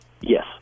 Yes